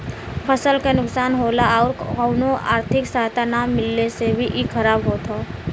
फसल के नुकसान होला आउर कउनो आर्थिक सहायता ना मिलले से भी इ खराब होत हौ